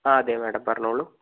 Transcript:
ആ അതെ മേഡം പറഞ്ഞോളൂ